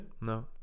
no